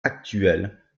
actuel